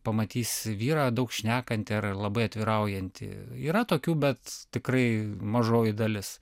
pamatys vyrą daug šnekantį ar labai atviraujantį yra tokių bet tikrai mažoji dalis